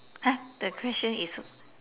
!huh! the question is